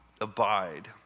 abide